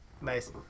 Nice